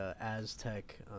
Aztec